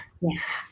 yes